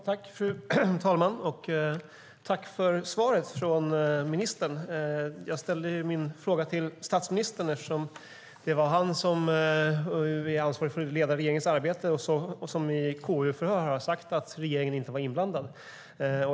Fru talman! Tack för svaret från ministern! Jag ställde min fråga till statsministern, eftersom det är han som är ansvarig för att leda regeringens arbete och som i KU-förhör har sagt att regeringen inte var inblandad.